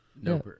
No